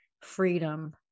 freedom